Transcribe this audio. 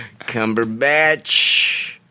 Cumberbatch